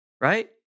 right